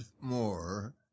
more